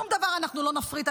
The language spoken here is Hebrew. שום דבר אנחנו לא נפריט.